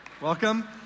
welcome